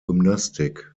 gymnastik